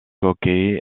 hockey